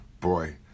Boy